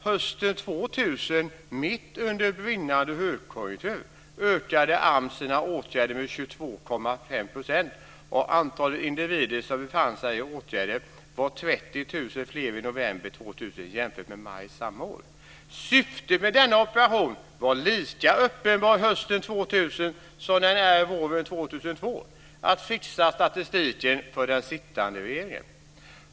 Hösten 2000, mitt under brinnande högkonjunktur, ökade AMS än i maj samma år. Syftet med denna operation var lika uppenbart hösten 2000 som det är våren 2002, att fixa statistiken för den sittande regeringen.